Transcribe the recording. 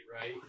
right